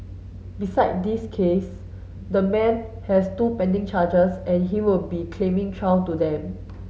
beside this case the man has two pending charges and he will be claiming trial to them